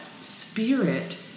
spirit